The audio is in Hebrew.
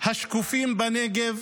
השקופים בנגב,